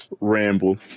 Ramble